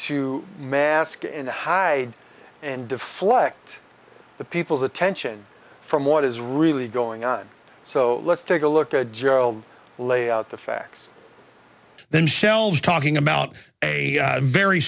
to mask and hide and deflect the people's attention from what is really going on so let's take a look at gerald lay out the facts then shelve talking about a very